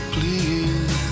Please